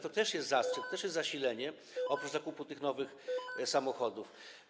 To też jest zastrzyk, też jest zasilenie oprócz zakupu tych nowych samochodów.